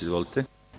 Izvolite.